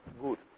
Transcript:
Good